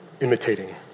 imitating